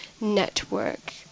network